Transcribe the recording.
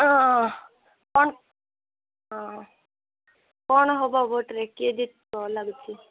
ହଁ କ'ଣ ହଁ କ'ଣ ହେବ ଭୋଟରେ କିଏ ଜିତିବ ଲାଗୁଛି